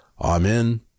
Amen